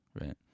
right